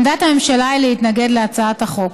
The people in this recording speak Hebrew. עמדת הממשלה היא להתנגד להצעת החוק.